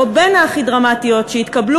שמתאר בדיוק את ה"שקשוקה"